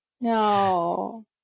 no